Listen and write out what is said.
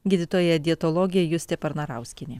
gydytoja dietologė justė parnarauskienė